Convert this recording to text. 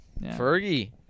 Fergie